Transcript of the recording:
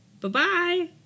Bye-bye